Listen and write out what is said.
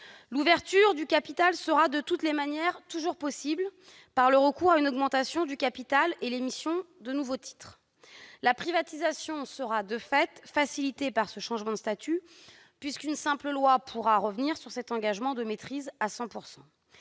L'ouverture du capital sera de toute manière toujours possible par le recours à une augmentation du capital et l'émission de nouveaux titres. La privatisation sera, de fait, facilitée par ce changement de statut, puisqu'une simple loi pourra revenir sur ces engagements de maîtrise à 100 %.